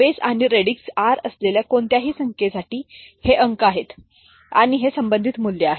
base आणि radix R असलेल्या कोणत्याही संख्येसाठी हे अंक आहेत आणि हे संबंधित मूल्य आहे